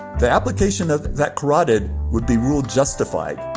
the application of that carotid would be ruled justified.